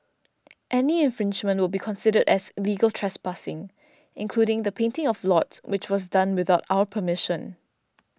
any infringement will be considered as illegal trespassing including the painting of lots which was done without our permission